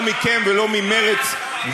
שמעולם לא נשמע לא מכם ולא ממרצ,